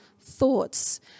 thoughts